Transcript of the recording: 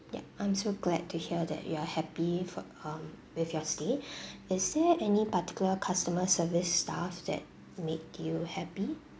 ya I'm so glad to hear that you are happy for um with your stay is there any particular customer service staff that make you happy